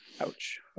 ouch